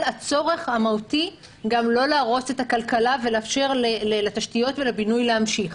הצורך המהותי גם לא להרוס את הכלכלה ולאפשר לתשתיות ולבינוי להמשיך.